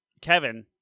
kevin